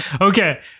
Okay